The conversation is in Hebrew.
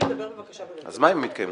אז מה אם התקיימו.